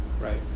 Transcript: right